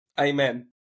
Amen